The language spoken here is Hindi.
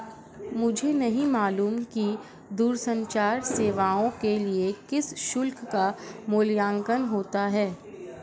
मुझे नहीं मालूम कि दूरसंचार सेवाओं के लिए किस शुल्क का मूल्यांकन होता है?